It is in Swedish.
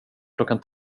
klockan